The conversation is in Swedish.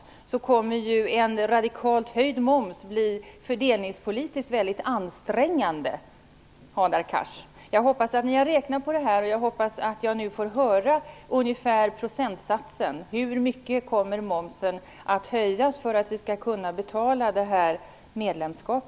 Därför kommer en radikalt höjd moms att fördelningspolitiskt bli väldigt ansträngande, Hadar Cars. Jag hoppas att ni har räknat på detta, och jag hoppas att jag nu får höra en ungefärlig procentsats. Hur mycket kommer momsen att höjas för att vi skall kunna betala detta medlemskap?